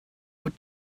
what